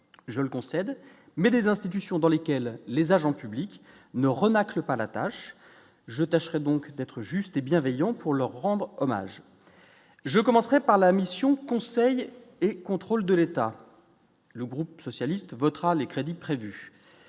je le concède, mais des institutions dans lesquelles les agents publics ne renâcle pas la tâche, je tacherai donc d'être juste et bienveillant pour leur rendre hommage, je commencerai par la mission, conseil et contrôle de l'État, le groupe socialiste votera les crédits prévus